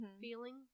feeling